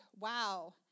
wow